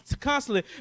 constantly